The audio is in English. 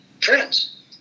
friends